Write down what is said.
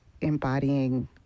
embodying